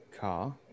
car